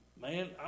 Man